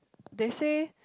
they say